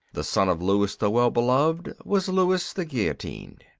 the son of louis the well-beloved was louis the guillotined.